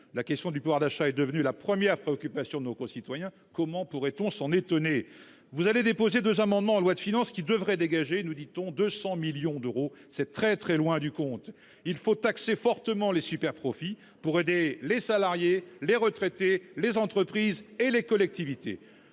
la question du pouvoir d'achat est devenue la première préoccupation de nos concitoyens. Comment pourrait-on s'étonner de leurs revendications ? Vous allez déposer deux amendements au projet de loi de finances visant à dégager, nous dit-on, 200 millions d'euros : c'est très, très loin du compte. Il faut taxer fortement les superprofits pour aider les salariés, les retraités, les entreprises et les collectivités.